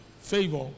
favor